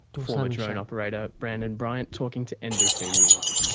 former drone operator brandon bryant talking to nbc news.